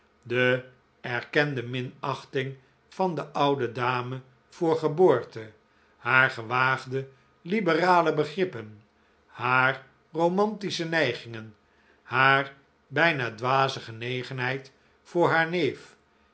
de erkende minachting van de oude dame voor geboorte haar gewaagde liberale begrippen haar romantische neigingen haar bijna dwaze genegenheid voor haar neef